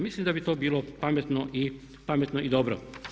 Mislim da bi to bilo pametno i dobro.